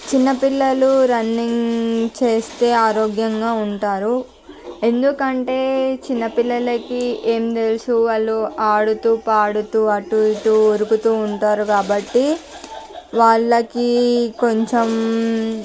చిన్న పిల్లలు రన్నింగ్ చేస్తే ఆరోగ్యంగా ఉంటారు ఎందుకంటే చిన్న పిల్లలకి ఏమి తెలుసు వాళ్ళు ఆడుతూ పాడుతూ అటు ఇటు ఉరుకుతూ ఉంటారు కాబట్టి వాళ్ళకి కొంచెం